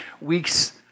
weeks